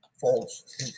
false